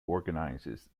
organizes